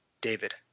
David